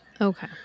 Okay